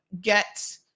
get